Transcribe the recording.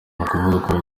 ukuvuga